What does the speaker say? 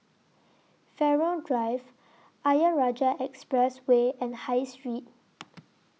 Farrer Drive Ayer Rajah Expressway and High Street